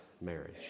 marriage